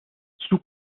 sous